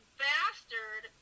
bastard